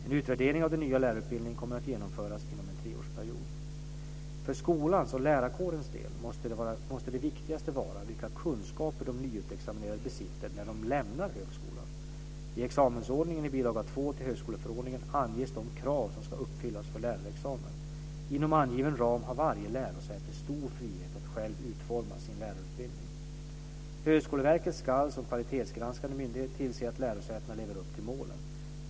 En utvärdering av den nya lärarutbildningen kommer att genomföras inom en treårsperiod. För skolans och lärarkårens del måste det viktigaste vara vilka kunskaper de nyutexaminerade besitter när de lämnar högskolan. I examensordningen i bilaga 2 till högskoleförordningen anges de krav som ska uppfyllas för lärarexamen. Inom angiven ram har varje lärosäte stor frihet att självt utforma sin lärarutbildning. Högskoleverket ska som kvalitetsgranskande myndighet tillse att lärosätena lever upp till målen.